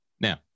now